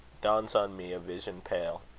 dawns on me a vision pale.